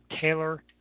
Taylor